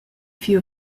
few